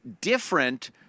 different